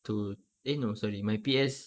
to eh no sorry my P_S